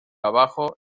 abajo